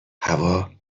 هوا